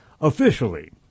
Officially